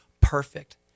perfect